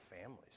families